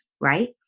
Right